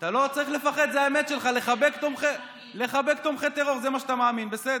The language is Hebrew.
אני עושה מה שאני מאמין בו.